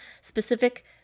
specific